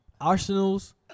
Arsenal's